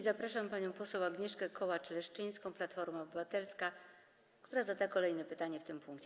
Zapraszam panią poseł Agnieszkę Kołacz-Leszczyńską, Platforma Obywatelska, która zada kolejne pytanie w tym punkcie.